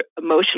emotional